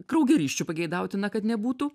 kraugerysčių pageidautina kad nebūtų